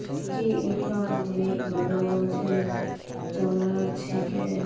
की इखन बेल्ट मगरमच्छेर चमरार छिके